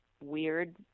weird